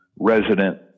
resident